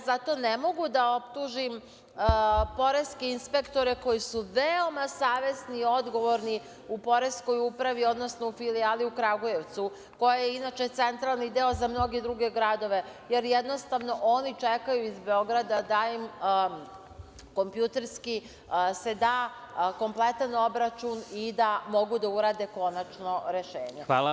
Zato ne mogu da optužim poreske inspektore koji su veoma savesni i odgovorni u poreskoj upravi, odnosno u filijali u Kragujevcu, koja je inače centralni deo za mnoge druge gradove, jer oni jednostavno čekaju iz Beograda da im kompjuterski se da kompletan obračun i da mogu da urade konačno rešenja.